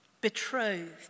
betrothed